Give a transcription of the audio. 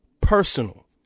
personal